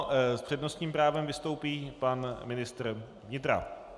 S přednostním právem vystoupí pan ministr vnitra.